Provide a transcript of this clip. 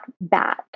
bad